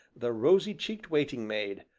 the rosy-cheeked waiting-maid,